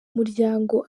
muryango